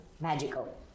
Magical